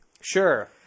Sure